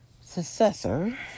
successor